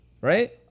right